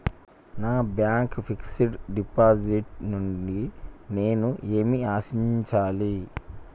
నా bank fixed deposit నుండి నేను ఏమి ఆశించాలి?